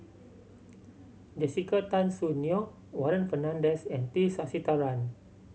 Jessica Tan Soon Neo Warren Fernandez and T Sasitharan